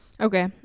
okay